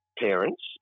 parents